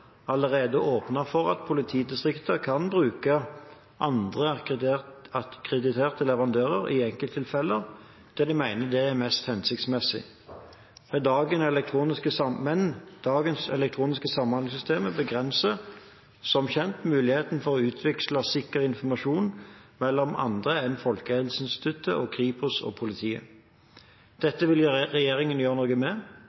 allerede åpnet for at politidistriktene kan bruke andre akkrediterte leverandører i enkelttilfeller, der de mener det er mest hensiktsmessig. Men dagens elektroniske samhandlingssystem begrenser som kjent muligheten for å utveksle sikker informasjon mellom andre enn Folkehelseinstituttet, Kripos og politiet.